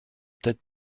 tête